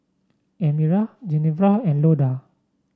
Elmyra Genevra and Loda